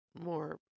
more